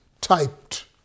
typed